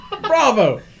Bravo